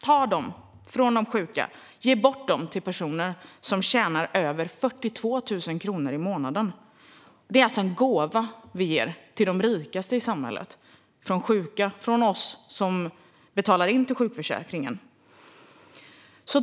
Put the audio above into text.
Man tar dem från de sjuka och ger bort dem till personer som tjänar över 42 000 i månaden. Det är alltså en gåva vi ger till de rikaste i samhället, från sjuka och från oss som betalar in till sjukförsäkringen.